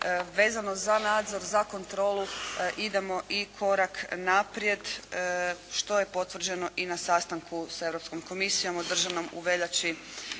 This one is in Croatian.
vezano za nadzor, za kontrolu idemo i korak naprijed što je potvrđeno i na sastanku s Europskom komisijom održanom u veljači